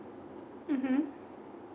mm mm